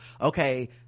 okay